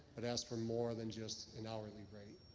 but ask for more than just an hourly rate?